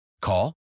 Call